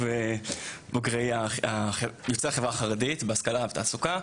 בוגרי יוצאי החברה החרדית בהשכלה ובתעסוקה,